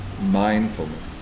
mindfulness